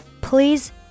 Please